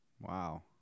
Wow